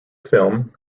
film